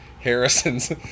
Harrison's